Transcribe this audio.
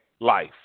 life